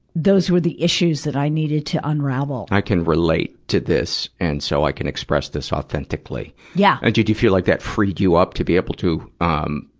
those were the issues i needed to unravel. i can relate to this, and so i can express this authentically. yeah. do do you feel like that freed you up, to be able to, um,